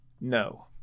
No